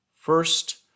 First